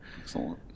Excellent